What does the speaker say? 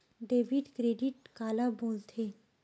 Debit credit काला बोल थे?